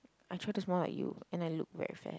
I try to smile like you and I look very fat